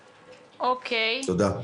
תודה.